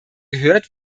gehört